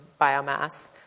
biomass